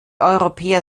europäer